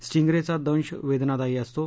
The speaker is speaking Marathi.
स्टिंग रे चा दंश वेदनादायी असतो